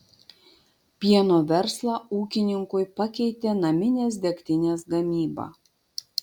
pieno verslą ūkininkui pakeitė naminės degtinės gamyba